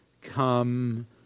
come